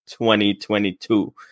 2022